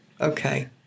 Okay